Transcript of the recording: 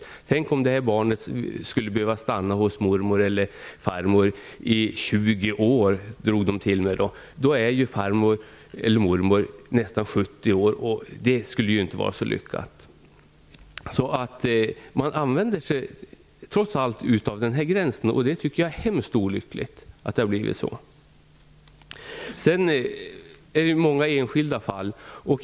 Socialarbetaren sade: Tänk om barnet skulle behöva stanna hos mormor eller farmor i 20 år. Då är mormor eller farmor nästan 70 år, och det skulle inte vara så lyckat. Trots allt använder man sig av den här gränsen. Jag tycker att det är mycket olyckligt att det har blivit så. Det finns många enskilda fall.